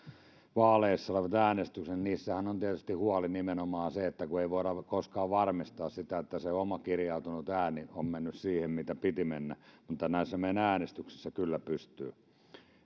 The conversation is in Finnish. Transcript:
vaaleissa olevat äänestykset niissähän on tietysti huoli nimenomaan se että ei voida koskaan varmistaa sitä että se oma kirjautunut ääni on mennyt siihen mihin piti mennä mutta näissä meidän äänestyksissämme kyllä pystyy